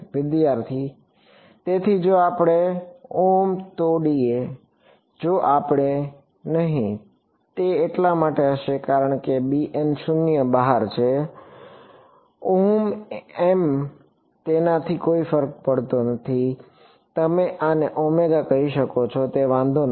વિદ્યાર્થી તેથી જો આપણે તોડીએ જો આપણે નહીં તે એટલા માટે હશે કારણ કે 0 બહાર છે તેનાથી કોઈ ફરક પડતો નથી કે તમે આને ઓમેગા કહી શકો તે વાંધો નથી